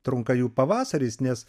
trunka jų pavasaris nes